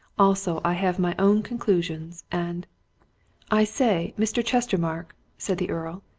also i have my own conclusions, and i say, mr. chestermarke! said the earl,